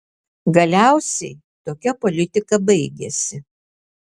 galiausiai tokia politika baigėsi